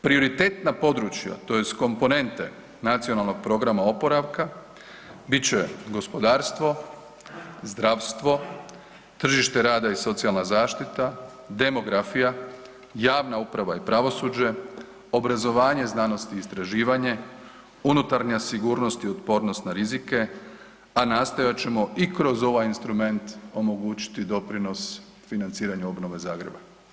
Prioritetna područja tj. komponente Nacionalnog programa oporavka bit će gospodarstvo, zdravstvo, tržište rada i socijalna zaštita, demografija, javna uprava i pravosuđe, obrazovanje, znanost i istraživanje, unutarnja sigurnost i otpornost na rizike, a nastojat ćemo i kroz ovaj instrument omogućiti doprinos financiranja obnove Zagreba.